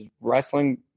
Wrestling